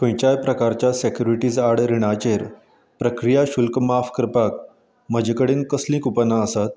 खंयच्याय प्रकारच्या सॅकुरिटीज आड रीणाचेर प्रक्रिया शुल्क माफ करपाक म्हजे कडेन कसलीं कुपनां आसात